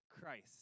Christ